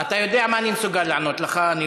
אתה יודע מה אני מסוגל לענות לך.